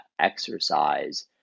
exercise